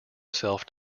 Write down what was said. self